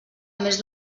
més